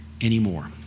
anymore